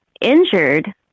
injured